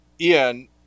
Ian